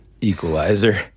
Equalizer